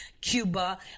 ...Cuba